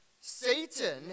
Satan